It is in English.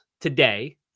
today